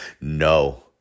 no